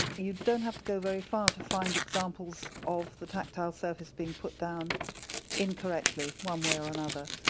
you don't have to go very far to find examples of the tactile surface being put down incorrectly one way or another.